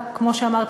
כמו שאמרתי,